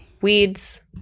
Weeds